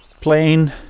plain